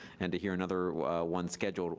and to hear another one scheduled,